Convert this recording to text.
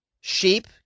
sheep